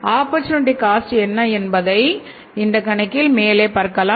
opportunity cost என்ன என்பதை இந்த கணக்கில் மேலே பார்க்கலாம்